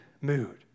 mood